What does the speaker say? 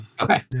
Okay